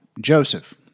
Joseph